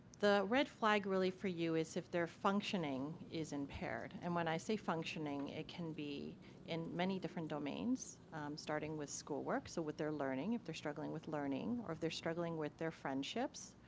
the red flag really for you is if they're functioning is impaired, and when i say functioning it can be in many different domains starting with school work, so what they're learning, if they're struggling with learning. or if they're struggling with their friendships,